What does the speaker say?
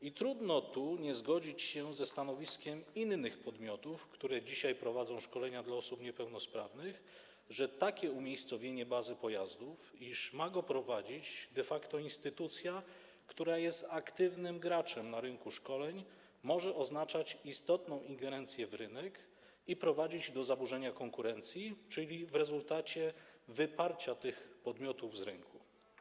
I trudno tu nie zgodzić się ze stanowiskiem innych pomiotów, które dzisiaj prowadzą szkolenia dla osób niepełnosprawnych, że takie umiejscowienie bazy pojazdów, iż ma go prowadzić de facto instytucja, która jest aktywnym graczem na rynku szkoleń, może oznaczać istotną ingerencję w rynek i prowadzić do zaburzenia konkurencji, czyli w rezultacie do wyparcia tych podmiotów z rynku.